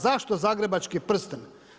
Zašto zagrebački prsten?